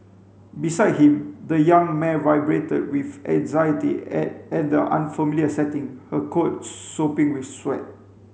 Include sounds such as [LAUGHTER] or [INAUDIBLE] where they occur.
beside him the young mare vibrated with anxiety [UNINTELLIGIBLE] at the unfamiliar setting her coat sopping with sweat